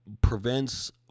prevents